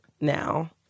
now